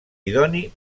idoni